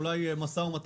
אולי מו"מ,